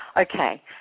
Okay